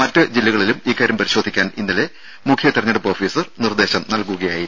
മറ്റ് ജില്ലകളിലും ഇക്കാര്യം പരിശോധിക്കാൻ ഇന്നലെ മുഖ്യ തിരഞ്ഞെടുപ്പ് ഓഫീസർ നിർദ്ദേശം നൽകുകയായിരുന്നു